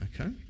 Okay